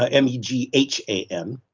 ah m e g h a n.